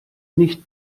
nicht